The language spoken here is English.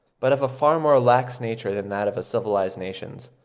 but of a far more lax nature than that of civilised nations.